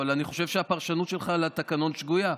אבל אני חושב שהפרשנות שלך לתקנון שגויה.